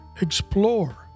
explore